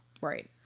Right